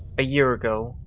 a year ago.